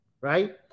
right